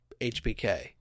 HBK